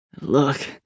Look